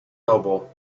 noble